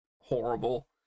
horrible